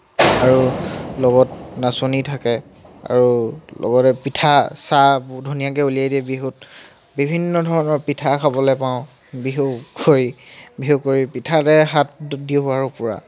আৰু লগত নাচনী থাকে আৰু লগতে পিঠা চাহ এইবোৰ ধুনীয়াকৈ উলিয়াই দিয়ে বিহুত বিভিন্ন ধৰণৰ পিঠা খাবলৈ পাওঁ বিহু কৰি বিহু কৰি পিঠাতে হাত দিওঁ আৰু পূৰা